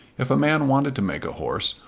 if a man wanted to make a horse,